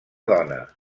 dona